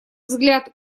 взгляд